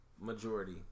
majority